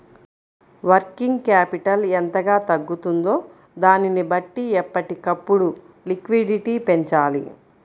working capital ఎంతగా తగ్గుతుందో దానిని బట్టి ఎప్పటికప్పుడు లిక్విడిటీ పెంచాలి